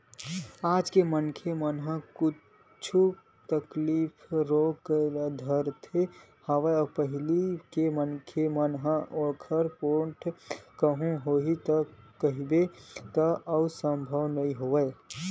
आज के मनखे मन ल कुछु तकलीफ रोग धरत हवय पहिली के मनखे मन असन पोठ कहूँ होही कहिबे त ओ संभव नई होवय